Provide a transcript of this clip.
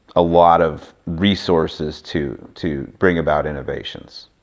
a lot of resources to to bring about innovations.